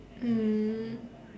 mm